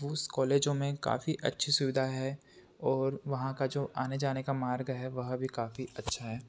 bush कॉलेजों में काफी अच्छी सुविधाएँ हैं और वहाँ का जो आने जाने का मार्ग है वह भी काफी अच्छा है